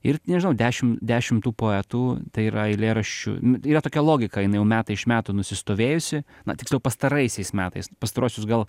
ir nežinau dešim dešim tų poetų tai yra eilėraščių yra tokia logika jinai jau metai iš metų nusistovėjusi na tiksliau pastaraisiais metais pastaruosius gal